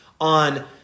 on